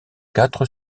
quatre